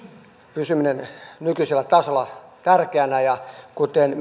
pysymisen nykyisellä tasolla ja kuten